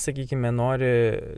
sakykime nori